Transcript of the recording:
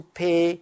pay